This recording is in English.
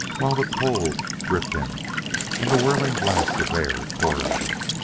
while the cold gripped him and the whirling blasts of air tore at him.